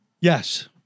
Yes